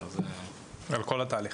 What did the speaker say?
על כל התהליך.